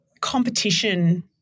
competition